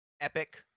Epic